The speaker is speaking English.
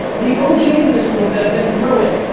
the og's in this room that have been through it,